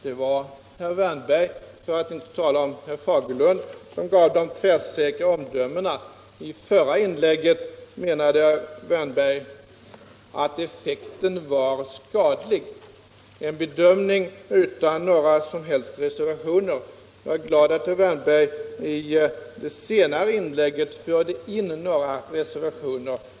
Det var herrar Wärnberg och Fagerlund som stod för de tvärsäkra omdömena. I det föregående inlägget menade herr Wärnberg att effekten var skadlig — en bedömning utan några som helst reser = Nr 38 vationer. Jag är glad att herr Wärnberg i det senare inlägget förde in några reservationer.